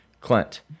Clint